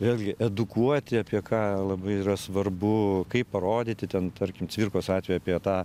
vėlgi edukuoti apie ką labai yra svarbu kaip parodyti ten tarkim cvirkos atveju apie tą